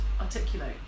articulate